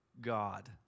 God